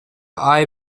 eye